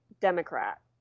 Democrat